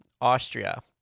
Austria